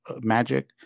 magic